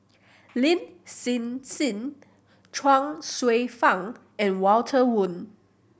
Lin Hsin Hsin Chuang Hsueh Fang and Walter Woon